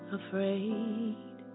afraid